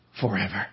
forever